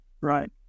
Right